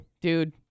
dude